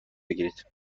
بگیرید